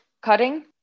cutting